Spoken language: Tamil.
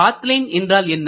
பாத் லைன் என்றால் என்ன